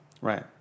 Right